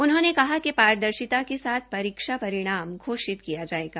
उन्होंने कहा कि पारदर्शिता के साथ परीक्षा परिणाम घोषित किया जायेगा